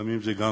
לפעמים זה גם